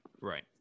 Right